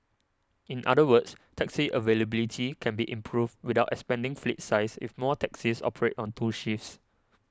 in other words taxi availability can be improved without expanding fleet size if more taxis operate on two shifts